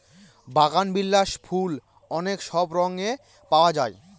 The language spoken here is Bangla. বাগানবিলাস ফুল অনেক সব রঙে পাওয়া যায়